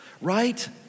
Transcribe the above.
right